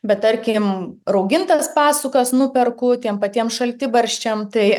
bet tarkim raugintas pasukas nuperku tiem patiem šaltibarščiam tai